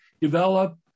develop